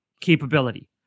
capability